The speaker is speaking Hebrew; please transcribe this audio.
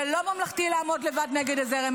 זה לא ממלכתי לעמוד לבד נגד הזרם,